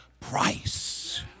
price